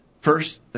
First